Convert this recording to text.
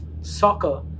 soccer